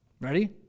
Ready